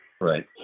Right